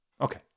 okay